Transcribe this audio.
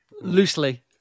Loosely